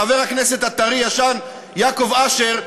חבר הכנסת הטרי-ישן יעקב אשר ומקלב,